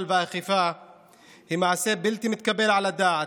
והאכיפה היא מעשה בלתי מתקבל על הדעת,